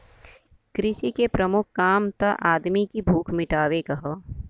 कृषि के प्रमुख काम त आदमी की भूख मिटावे क हौ